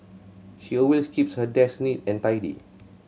she always keeps her desk neat and tidy